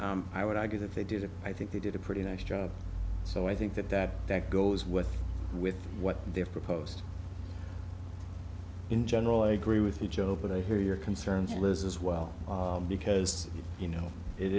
i would argue that they did it i think they did a pretty nice job so i think that that that goes with with what they've proposed in general i agree with you joe but i hear your concerns list as well because you know it